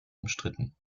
umstritten